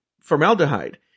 Formaldehyde